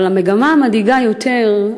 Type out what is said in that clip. אבל המגמה המדאיגה יותר,